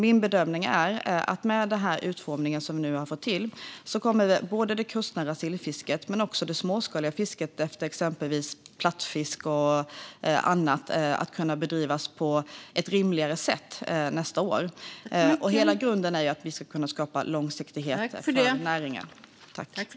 Min bedömning är att med den utformning som vi nu har fått till kommer både det kustnära sillfisket och det småskaliga fisket efter exempelvis plattfisk och annat att kunna bedrivas på ett rimligare sätt nästa år. Hela grunden är att vi ska kunna skapa långsiktighet för våra näringar.